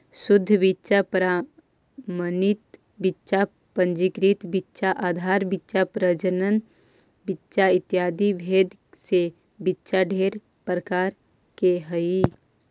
शुद्ध बीच्चा प्रमाणित बीच्चा पंजीकृत बीच्चा आधार बीच्चा प्रजनन बीच्चा इत्यादि भेद से बीच्चा ढेर प्रकार के हई